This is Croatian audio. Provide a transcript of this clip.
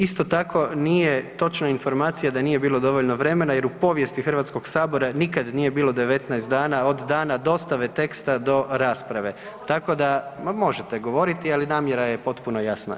Isto tako nije točna informacija da nije bilo dovoljno vremena jer u povijesti Hrvatskog sabora nikad nije bilo 19 dana od dana dostave teksta do rasprave, tako da, ma možete govoriti, ali namjera je potpuno jasna.